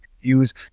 use